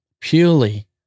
purely